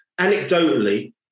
Anecdotally